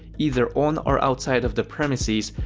either on or outside of the premises,